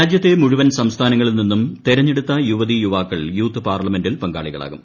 രാജ്യത്തെ മുഴുവൻ സംസ്ഥാനങ്ങളിൽ നിന്നും തെരഞ്ഞെടുത്ത യുവതീ യുവാക്കൾ യൂത്ത് പാർലമെന്റിൽ പങ്കാളികളാകും